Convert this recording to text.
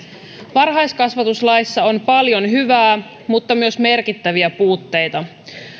varhaiskasvatuslaissa on paljon hyvää mutta myös merkittäviä puutteita